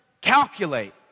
calculate